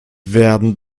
werden